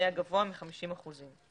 היה גבוה מ-50 אחוזים.